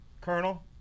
Colonel